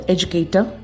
Educator